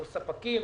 מול ספקים.